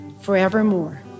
forevermore